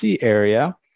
area